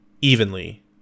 evenly